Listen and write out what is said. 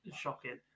Shocking